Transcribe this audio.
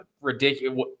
ridiculous